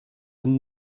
and